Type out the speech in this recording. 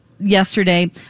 Yesterday